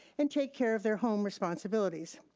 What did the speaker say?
and take care of their home responsibilities.